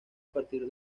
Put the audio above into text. partir